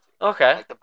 Okay